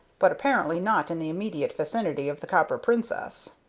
but apparently not in the immediate vicinity of the copper princess.